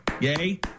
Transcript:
Yay